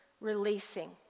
Releasing